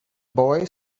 boy